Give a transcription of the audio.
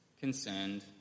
concerned